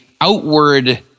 outward